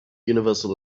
universal